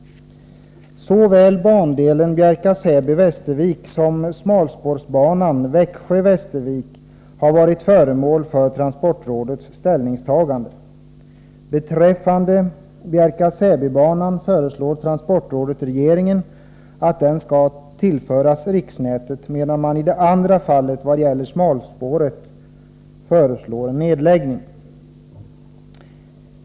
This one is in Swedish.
Såväl bandelen Bjärka Säby-banan föreslår transportrådet regeringen att banan skall tillföras riksnätet, medan man i fråga om smalspårsbanan föreslår en nedläggning.